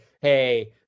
hey